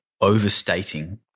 overstating